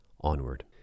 onward